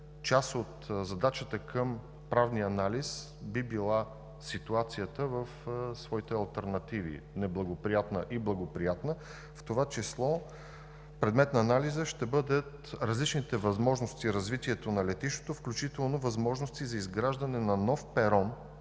част от задачата към правния анализ би била ситуацията в своите алтернативи – неблагоприятна и благоприятна, в това число предмет на анализа ще бъдат различните възможности и развитието на летището, включително възможности за изграждане на нов перон